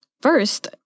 First